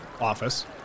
office